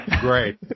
great